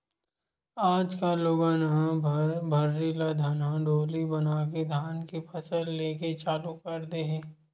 आज कल लोगन ह भर्री ल धनहा डोली बनाके धान के फसल लेके चालू कर दे हे